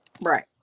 Right